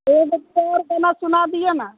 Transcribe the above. एगो आओर गाना सुना दिअ ने